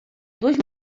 duas